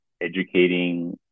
educating